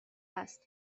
است